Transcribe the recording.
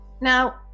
Now